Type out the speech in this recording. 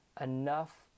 enough